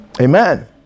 Amen